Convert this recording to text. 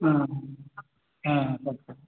हा हा सत्यम्